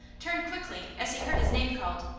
turned quickly as he heard his name called.